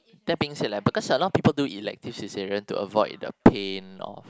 that being said like because a lot of people do elective caesarean to avoid the pain or